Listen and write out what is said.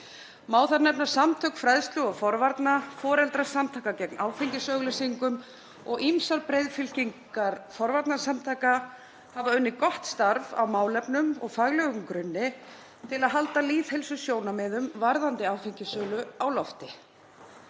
Má þar nefna samtökin Fræðsla og forvarnir, Foreldrasamtök gegn áfengisauglýsingum og ýmsar breiðfylkingar forvarnasamtaka sem hafa unnið gott starf á málefnalegum og faglegum grunni til að halda lýðheilsusjónarmiðum varðandi áfengissölu á lofti.